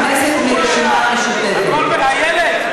איילת,